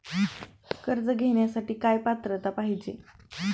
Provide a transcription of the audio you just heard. कर्ज घेण्यासाठी काय पात्रता पाहिजे?